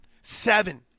seven